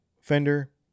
Fender